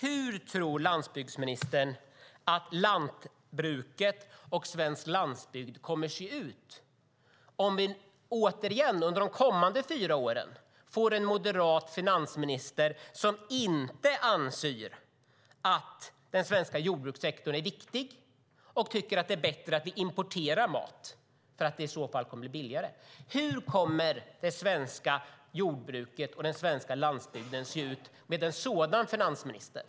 Hur tror landsbygdsministern att lantbruket och svensk landsbygd kommer att se ut om vi återigen under de kommande fyra åren får en moderat finansminister som inte anser att den svenska jordbrukssektorn är viktig och tycker att det är bättre att vi importerar mat för att det i så fall kommer att bli billigare? Hur kommer det svenska jordbruket och den svenska landsbygden att se ut med en sådan finansminister?